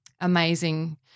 amazing